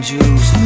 Jews